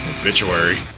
obituary